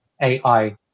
ai